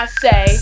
say